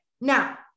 now